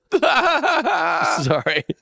sorry